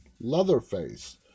Leatherface